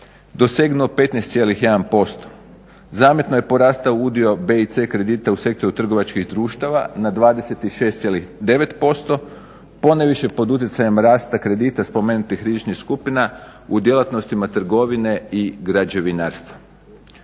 dosegnuo 15,1%. Zametno je porastao udio b i c kredita u sektoru trgovačkih društava na 26,9% ponajviše pod utjecajem rasta kredita spomenutih rizičnih skupina u djelatnostima trgovine i građevinarstva.